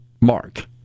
mark